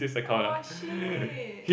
oh shit